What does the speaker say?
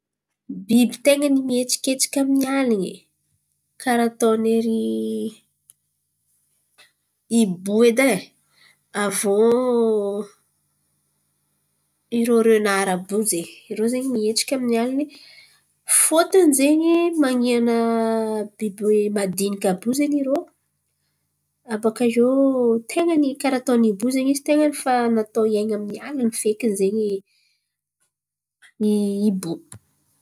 Biby tain̈a ny mihetsiketsiky amin’ny alin̈y karà ataony ierỳ hibo edy e. Aviô irô renara àby io ze irô zen̈y mihetsika amin’ny aliny fôtiny zen̈y maniana biby madiniky àby io zen̈y irô. Abòakaio tain̈a ny karà ataony hibô tain̈a ny fa natao hiain̈y amin’ny alin̈y zen̈y feky hibô.